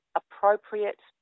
appropriate